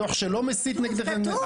הדו"ח שלו מסית נגדכם?